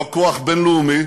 לא כוח בין-לאומי,